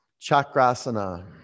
Chakrasana